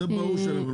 זה ברור שאנחנו נעשה.